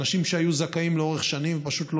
אנשים שהיו זכאים לאורך שנים ופשוט לא